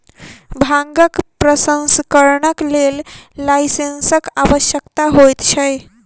भांगक प्रसंस्करणक लेल लाइसेंसक आवश्यकता होइत छै